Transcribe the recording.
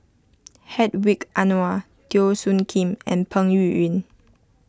Hedwig Anuar Teo Soon Kim and Peng Yuyun